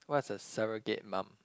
what's a surrogate mum